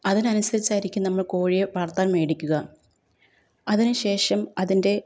അതിനനുസരിച്ചായിരിക്കും നമ്മൾ കോഴിയെ വളർത്താൻ മേടിക്കുക അതിനു ശേഷം അതിൻ്റെ